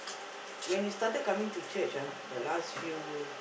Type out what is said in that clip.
when you started coming to church ah the last few